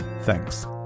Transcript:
thanks